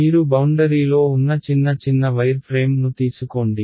మీరు బౌండరీలో ఉన్న చిన్న చిన్న వైర్ ఫ్రేమ్ను తీసుకోండి